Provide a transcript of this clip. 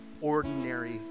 ordinary